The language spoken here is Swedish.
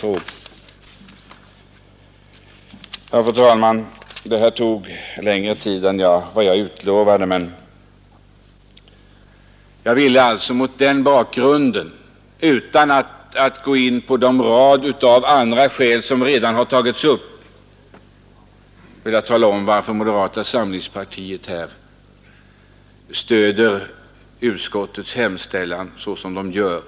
Fru talman! Detta tog längre tid än jag planerat, men jag ville — utan att gå in på den rad andra skäl som redan har tagits upp här — tala om varför moderata samlingspartiet stöder utskottets hemställan så som vi gör.